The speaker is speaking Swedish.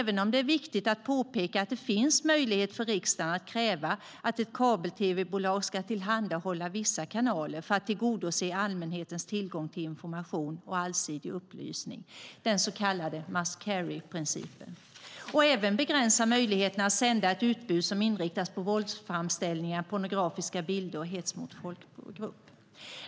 Det är dock viktigt att påpeka att det finns möjlighet för riksdagen att kräva att ett kabel-tv-bolag ska tillhandahålla vissa kanaler för att tillgodose allmänhetens tillgång till information och allsidig upplysning - den så kallade must-carry-principen - och även att begränsa möjligheterna att sända ett utbud som inriktas på våldsframställningar, pornografiska bilder och hets mot folkgrupp.